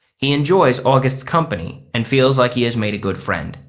he enjoys august's company and feels like he has made a good friend.